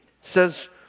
says